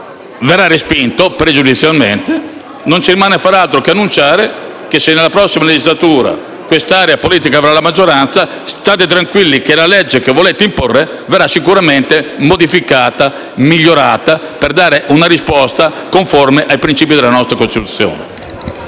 verrà respinto pregiudizialmente. Non ci rimane altro che annunciare che, se nella prossima legislatura quest'area politica avrà la maggioranza, la legge che volete imporre verrà sicuramente modificata, migliorata, per dare una risposta conforme ai principi della nostra Costituzione.